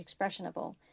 expressionable